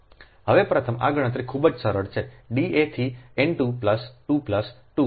હવે પ્રથમ આ ગણતરી ખૂબ જ સરળ છે D a થી n 2 પ્લસ 2 પ્લસ 2